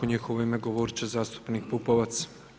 U njihovo ime govorit će zastupnik Pupovac.